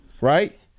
right